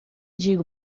digo